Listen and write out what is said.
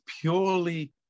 purely